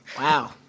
Wow